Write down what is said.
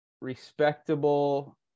respectable